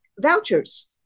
vouchers